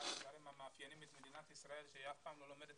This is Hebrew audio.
שאחד הדברים המאפיינים את מדינת ישראל שהיא אף פעם לא לומדת